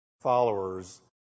followers